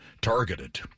targeted